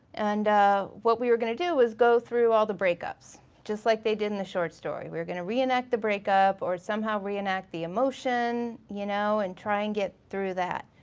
and what we were gonna do is go through all the breakups just like they did in the short story. we're gonna reenact the breakup or somehow reenact the emotion, you know, and try and get through that.